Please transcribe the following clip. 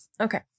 Okay